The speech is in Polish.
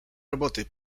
roboty